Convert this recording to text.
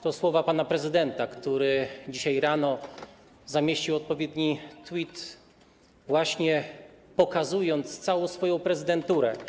To słowa pana prezydenta, który dzisiaj rano zamieścił odpowiedni tweet, właśnie pokazując całą swoją prezydenturę.